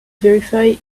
verify